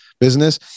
business